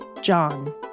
John